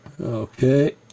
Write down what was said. Okay